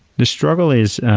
the struggle is,